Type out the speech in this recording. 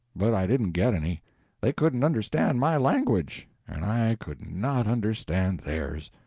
but i didn't get any they couldn't understand my language, and i could not understand theirs.